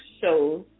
shows